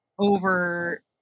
Over